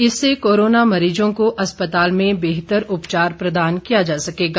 इससे कोरोना मरीजों को अस्पताल में बेहतर उपचार प्रदान किया जा सकेगा